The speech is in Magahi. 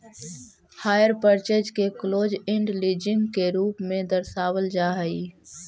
हायर पर्चेज के क्लोज इण्ड लीजिंग के रूप में दर्शावल जा हई